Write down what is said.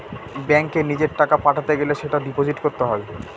ব্যাঙ্কে নিজের টাকা পাঠাতে গেলে সেটা ডিপোজিট করতে হয়